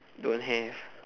don't have